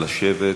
נא לשבת.